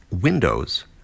windows